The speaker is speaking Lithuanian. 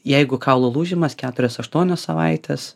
jeigu kaulų lūžimas keturias aštuonios savaitės